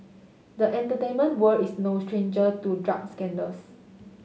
the entertainment world is no stranger to drug scandals